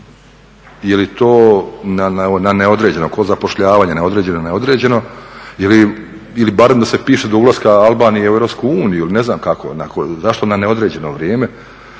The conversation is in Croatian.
li to na neodređeno kao zapošljavanje na određeno i neodređeno? Ili barem da se piše do ulaska Albanije u EU ili ne znam kako. Zašto na neodređeno vrijeme?